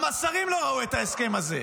גם השרים לא ראו את ההסכם הזה.